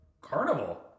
carnival